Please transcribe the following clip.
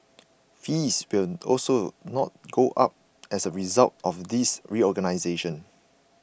fees will also not go up as a result of this reorganisation